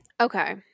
Okay